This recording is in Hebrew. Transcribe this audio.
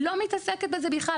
לא מתעסקת בזה בכלל.